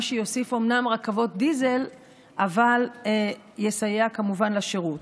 מה שיוסיף אומנם רכבות דיזל אבל יסייע כמובן לשירות.